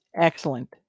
excellent